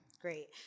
great